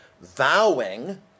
vowing